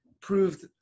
proved